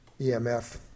emf